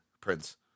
Prince